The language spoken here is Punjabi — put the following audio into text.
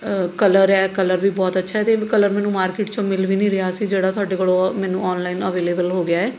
ਕਲਰ ਹੈ ਕਲਰ ਬਹੁਤ ਵੀ ਅੱਛਾ ਹੈ ਅਤੇ ਇਹ ਕਲਰ ਮੈਨੂੰ ਮਾਰਕਿਟ 'ਚੋਂ ਮਿਲ ਵੀ ਨਹੀਂ ਰਿਹਾ ਸੀ ਜਿਹੜਾ ਤੁਹਾਡੇ ਕੋਲੋਂ ਮੈਨੂੰ ਔਨਲਾਈਨ ਅਵੇਲੇਵਲ ਹੋ ਗਿਆ ਹੈ